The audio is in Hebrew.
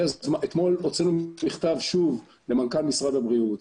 אתמול הוצאנו שוב מכתב למנכ"ל משרד הבריאות,